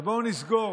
אז בואו נסגור,